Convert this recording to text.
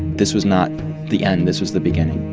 this was not the end this was the beginning